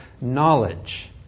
knowledge